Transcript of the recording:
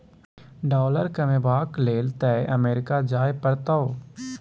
dollar कमेबाक लेल तए अमरीका जाय परतौ